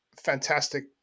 fantastic